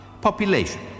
population